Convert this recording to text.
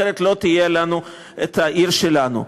אחרת לא תהיה לנו העיר שלנו.